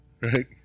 right